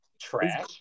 trash